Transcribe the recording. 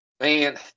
Man